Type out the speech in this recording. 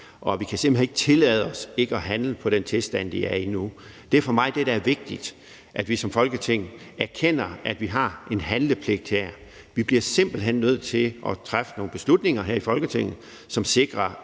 i. Vi kan simpelt hen ikke tillade os ikke at handle på den tilstand, de er i nu. Det er for mig det, der er vigtigt, altså at vi som Folketing erkender, at vi har en handlepligt her. Vi bliver simpelt hen nødt til at træffe nogle beslutninger her i Folketinget, som sikrer,